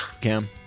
Cam